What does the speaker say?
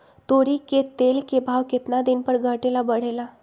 तोरी के तेल के भाव केतना दिन पर घटे ला बढ़े ला?